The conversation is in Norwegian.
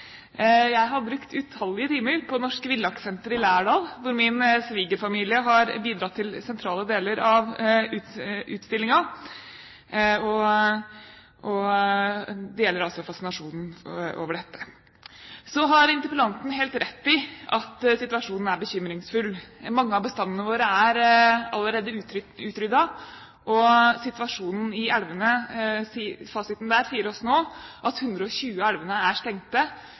Jeg har brukt utallige timer på Norsk Villakssenter i Lærdal, hvor min svigerfamilie har bidratt til sentrale deler av utstillingen, og jeg deler altså fascinasjonen over dette. Så har interpellanten helt rett i at situasjonen er bekymringsfull. Mange av bestandene våre er allerede utryddet, og fasiten for situasjonen i elvene våre er nå at 120 av elvene er stengte,